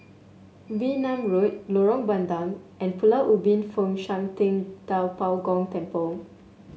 Wee Nam Road Lorong Bandang and Pulau Ubin Fo Shan Ting Da Bo Gong Temple